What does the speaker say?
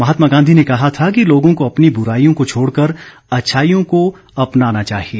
महात्मा गांधी ने कहा था कि लोगों को अपनी बुराइयों को छोडकर अच्छाइयों को अपनाना चाहिए